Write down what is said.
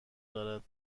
دارد